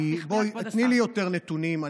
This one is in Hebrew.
תני לי יותר נתונים.